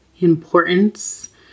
importance